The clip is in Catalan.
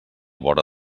vora